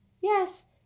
Yes